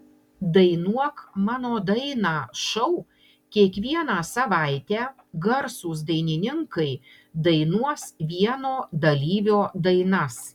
dainuok mano dainą šou kiekvieną savaitę garsūs dainininkai dainuos vieno dalyvio dainas